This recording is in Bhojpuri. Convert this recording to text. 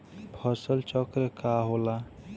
फसल चक्र का होला?